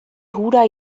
hura